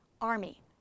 army